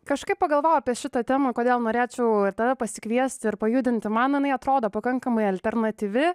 kažkaip pagalvojau apie šitą temą kodėl norėčiau tave pasikviest ir pajudinti man jinai atrodo pakankamai alternatyvi